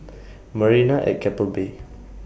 Marina At Keppel Bay